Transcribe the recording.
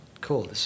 cool